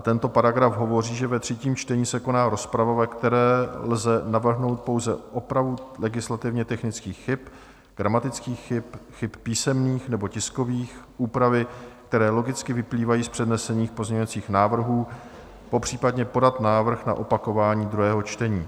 Tento paragraf hovoří, že ve třetím čtení se koná rozprava, ve které lze navrhnout pouze opravu legislativně technických chyb, gramatických chyb, chyb písemných nebo tiskových, úpravy, které logicky vyplývají z přednesených pozměňovacích návrhů, popřípadě podat návrh na opakování druhého čtení.